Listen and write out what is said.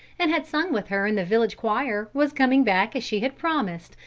and had sung with her in the village choir, was coming back, as she had promised,